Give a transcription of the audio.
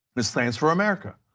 it stands for america.